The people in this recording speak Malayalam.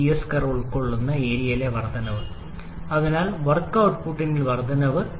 Ts കർവ് ഉൾക്കൊള്ളുന്ന ഏരിയയിലെ വർദ്ധനവ് അതിനാൽ വർക്ക് ഔട്ട്പുട്ടിൽ വർദ്ധനവ്